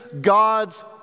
God's